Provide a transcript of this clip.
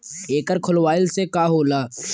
एकर खोलवाइले से का होला?